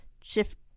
shift